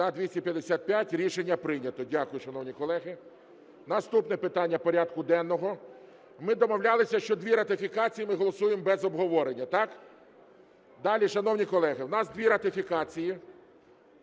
За-255 Рішення прийнято. Дякую, шановні колеги. Наступне питання порядку денного. Ми домовлялися, що дві ратифікації ми голосуємо без обговорення. Так? Далі, шановні колеги, у нас дві ратифікації,